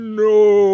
no